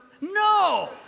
No